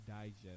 digest